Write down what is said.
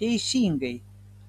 teisingai